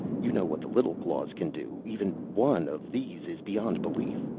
you know what the little claws can do. even one of these is beyond belief.